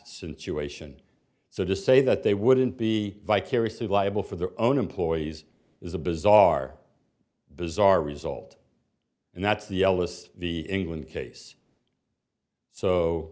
situation so to say that they wouldn't be vicariously liable for their own employees is a bizarre bizarre result and that's the eldest the england case